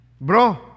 Bro